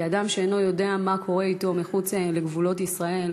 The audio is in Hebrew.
כי אדם שאינו יודע מה קורה אתו מחוץ לגבולות ישראל,